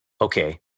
Okay